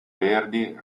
verdi